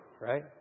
Right